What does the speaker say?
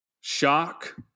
shock